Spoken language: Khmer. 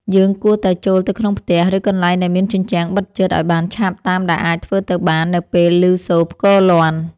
យើងគួរតែចូលទៅក្នុងផ្ទះ ឬកន្លែងដែលមានជញ្ជាំងបិទជិតឱ្យបានឆាប់តាមដែលអាចធ្វើទៅបាននៅពេលឮសូរផ្គរលាន់។